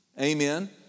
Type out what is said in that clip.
Amen